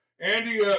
Andy